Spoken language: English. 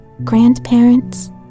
Grandparents